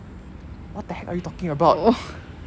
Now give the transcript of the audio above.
what the heck are you talking about